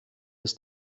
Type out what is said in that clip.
des